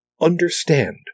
understand